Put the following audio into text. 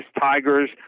Tigers